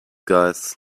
guys